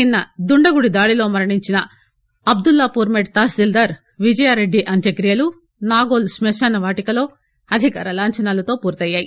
నిన్న దుండగుడి దాడిలో మరణించిన అబ్దుల్లా పూర్ మెట్ తాసీల్దార్ విజయారెడ్డి అంత్యక్రియలు నాగోల్ క్క శానవాటికలో అధికార లాంఛనాలతో పూర్తయ్యాయి